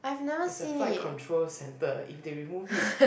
it's a flight control center if they remove it